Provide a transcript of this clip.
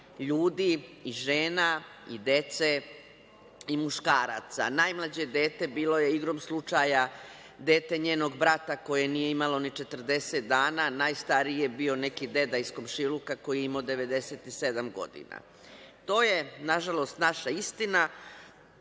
ljudi, i žena i dece i muškaraca. Najmlađe dete je bilo igrom slučaja dete njenog brata koje nije imalo ni 40 dana. Najstariji je bio neki deda iz komšiluka koji je imao 97 godina. To je nažalost naša istina